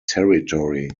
territory